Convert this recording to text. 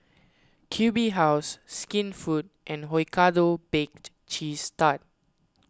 Q B House Skinfood and Hokkaido Baked Cheese Tart